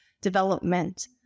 development